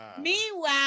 Meanwhile